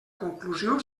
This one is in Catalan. conclusió